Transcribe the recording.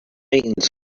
means